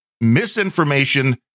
Misinformation